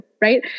right